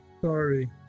Sorry